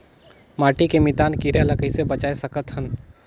माटी के मितान कीरा ल कइसे बचाय सकत हन?